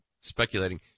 speculating